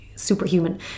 superhuman